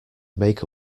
make